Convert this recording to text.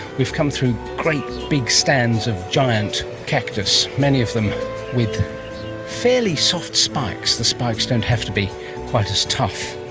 we've come through great big stands of giant cactus, many of them with fairly soft spikes. the spikes don't have to be quite as tough